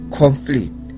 conflict